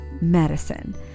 medicine